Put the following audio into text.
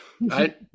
right